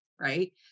Right